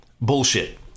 bullshit